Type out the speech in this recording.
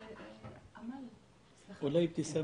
אבתיסאם,